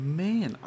man